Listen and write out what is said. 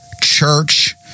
church